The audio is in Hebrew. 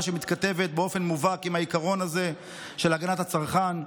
שמתכתבת באופן מובהק עם העיקרון הזה של הגנת הצרכן.